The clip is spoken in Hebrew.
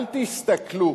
אל תסתכלו